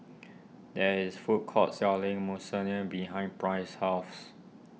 there is food court selling Monsunabe behind Price's house